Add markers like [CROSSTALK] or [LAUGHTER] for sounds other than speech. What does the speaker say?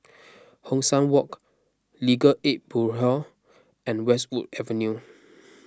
[NOISE] Hong San Walk Legal Aid Bureau and Westwood Avenue